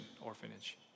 orphanage